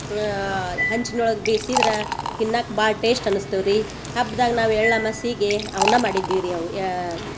ಹಂಚಿನೊಳಗೆ ಬೇಯ್ಸಿದ್ರ ತಿನ್ನಾಕೆ ಭಾಳ ಟೇಶ್ಟ್ ಅನ್ನಸ್ತವೆ ರೀ ಹಬ್ದಾಗ ನಾವು ಎಳ್ ಅಮಸೀಗೆ ಅವ್ನ ಮಾಡಿದ್ದೀವಿ ರೀ ಅವು ಯಾ